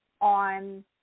on